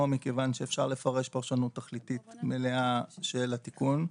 מכיוון שאפשר לפרש פרשנות תכליתית מלאה של התיקון.